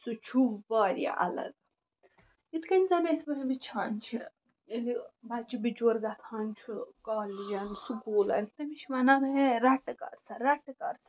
سُہ چھُ واریاہ الگ یِتھ کٔنۍ زَن أسۍ وۄنۍ وٕچھان چھِ ییٚلہِ بَچہٕ بِچور گژھان چھُ کالجن سکوٗلن تٔمِس چھِ وَنان ہے رَٹہٕ کر سا رَٹہٕ کر سا